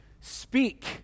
speak